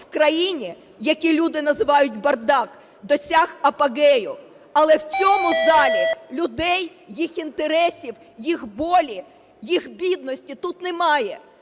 в країні, який люди називають "бардак", досяг апогею. Але в цьому залі людей, їх інтересів, їх болі, їх бідності тут немає.